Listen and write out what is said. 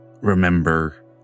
remember